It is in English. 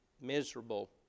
miserable